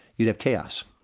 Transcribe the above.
you'd have chaos,